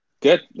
good